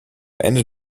ende